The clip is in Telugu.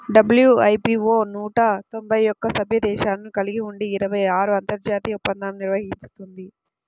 డబ్ల్యూ.ఐ.పీ.వో నూట తొంభై ఒక్క సభ్య దేశాలను కలిగి ఉండి ఇరవై ఆరు అంతర్జాతీయ ఒప్పందాలను నిర్వహిస్తుంది